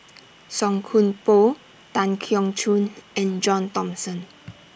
Song Koon Poh Tan Keong Choon and John Thomson